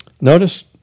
Notice